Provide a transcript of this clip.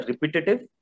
repetitive